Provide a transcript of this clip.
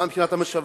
גם מבחינת המשאבים,